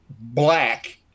black